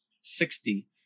sixty